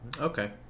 Okay